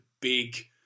big